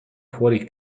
fuori